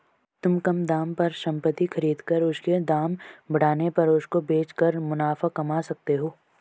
तुम कम दाम पर संपत्ति खरीद कर उसके दाम बढ़ने पर उसको बेच कर मुनाफा कमा सकते हो